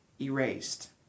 erased